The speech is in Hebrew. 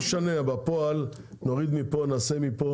בפועל נוריד מפה או נעשה משם,